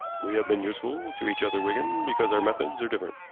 we have been useful to each other, wigan, because our methods are different.